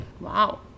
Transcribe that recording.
Wow